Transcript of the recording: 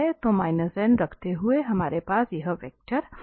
तो रखते हुए हमारे पास यह वेक्टर है